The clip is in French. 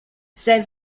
ses